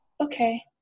okay